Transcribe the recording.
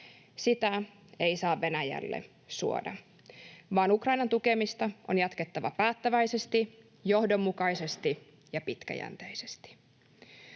Sitä ei saa Venäjälle suoda, vaan Ukrainan tukemista on jatkettava päättäväisesti, johdonmukaisesti ja pitkäjänteisesti.